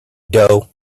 dough